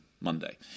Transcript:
Monday